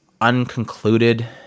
unconcluded